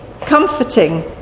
comforting